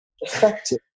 effective